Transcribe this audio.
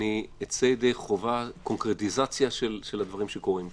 אני אצא ידי חובת קונקרטיזציה של הדברים שקורים פה.